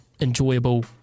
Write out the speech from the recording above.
enjoyable